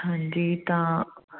ਹਾਂਜੀ ਤਾਂ